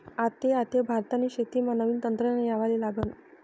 आते आते भारतनी शेतीमा नवीन तंत्रज्ञान येवाले लागनं